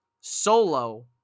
Solo